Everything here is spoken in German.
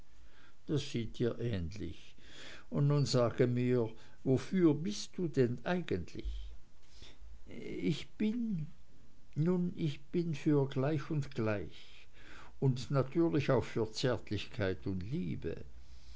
das sieht dir ähnlich und nun sage mir wofür bist du denn eigentlich ich bin nun ich bin für gleich und gleich und natürlich auch für zärtlichkeit und liebe